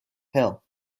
hill